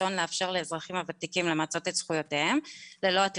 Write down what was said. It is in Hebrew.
מהרבנים לזכויות אדם, בקי קשת, גם היא בזום.